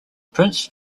prince